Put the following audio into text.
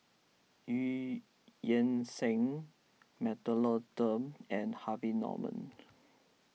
Eu Yan Sang Mentholatum and Harvey Norman